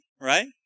right